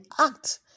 act